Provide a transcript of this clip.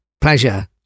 Pleasure